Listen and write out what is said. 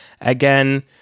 again